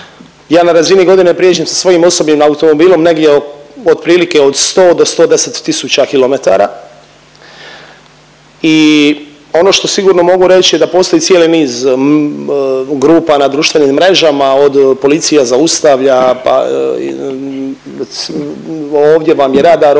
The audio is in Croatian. Ja na razini godine prijeđem sa svojim osobnim automobilom negdje otprilike od 100 do 110 tisuća km i on što sigurno mogu reći da postoji cijeli niz grupa na društvenim mrežama od Policija zaustavlja pa i ovdje vam je radar,